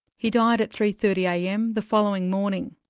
he died at three. thirty am the following morning.